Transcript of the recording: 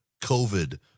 COVID